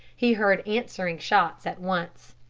he heard answering shots at once.